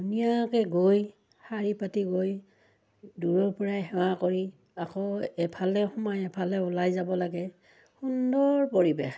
ধুনীয়াকৈ গৈ শাৰী পাতি গৈ দূৰৰপৰাই সেৱা কৰি আকৌ এফালে সোমাই এফালে ওলাই যাব লাগে সুন্দৰ পৰিৱেশ